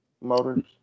motors